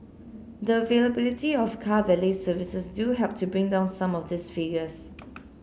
the availability of car valet services do help to bring down some of these figures